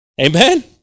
Amen